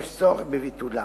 יש צורך בביטולה.